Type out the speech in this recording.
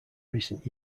recent